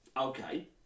okay